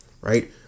right